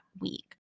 week